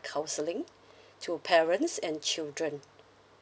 counselling to parents and children